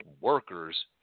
workers